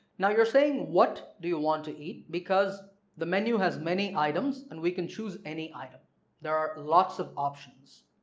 now you're saying what do you want to eat because the menu has many items and we can choose any item there are lots of options.